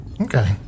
Okay